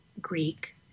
Greek